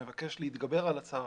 ומבקש להתגבר על הצו